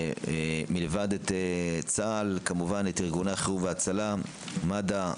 מלבד את צה"ל כמובן את ארגוני החירום וההצלה: מד"א,